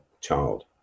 child